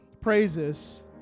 praises